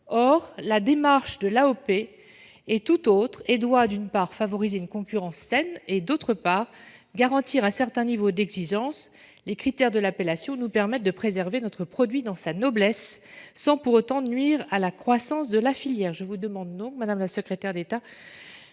Or la démarche de l'AOP est tout autre et doit, d'une part, favoriser une concurrence saine et, d'autre part, garantir un certain niveau d'exigence. Les critères de l'appellation nous permettent de préserver notre produit dans sa noblesse sans pour autant nuire à la croissance de la filière. Je vous demande donc, madame la secrétaire d'État,